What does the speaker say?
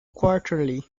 quarterly